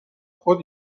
خود